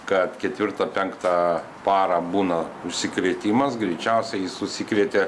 kad ketvirtą penktą parą būna užsikrėtimas greičiausiai jis užsikrėtė